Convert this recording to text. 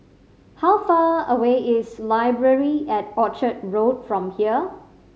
how far away is Library at Orchard Road from here